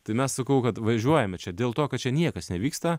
tai mes sakau kad važiuojame čia dėl to kad čia niekas nevyksta